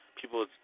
People